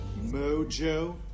Mojo